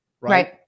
Right